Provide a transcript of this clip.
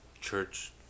church